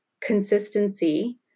consistency